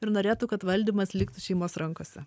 ir norėtų kad valdymas liktų šeimos rankose